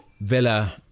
Villa